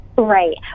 right